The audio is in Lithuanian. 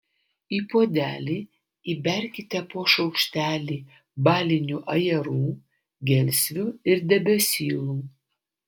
į puodelį įberkite po šaukštelį balinių ajerų gelsvių ir debesylų